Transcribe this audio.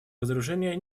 разоружения